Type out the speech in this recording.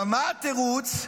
ומה התירוץ?